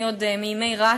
אני עוד מימי רצ,